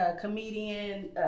comedian